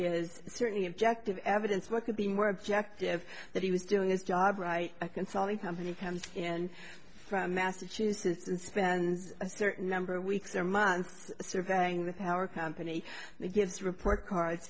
is certainly objective evidence what could be more objective that he was doing his job right a consulting company comes in from massachusetts and spends a certain number of weeks or months surveying the power company gives a report cards